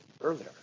earlier